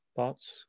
Thoughts